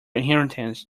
inheritance